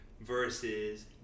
versus